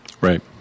right